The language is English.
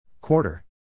Quarter